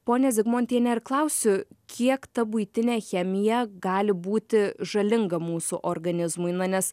ponia zigmontiene ir klausiu kiek ta buitinė chemija gali būti žalinga mūsų organizmui na nes